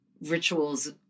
rituals